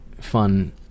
fun